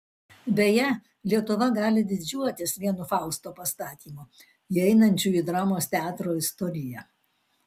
beje lietuva gali didžiuotis vienu fausto pastatymu įeinančiu į dramos teatro istoriją